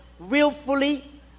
Willfully